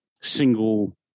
single